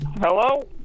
Hello